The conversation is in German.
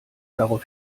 darauf